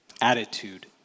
attitude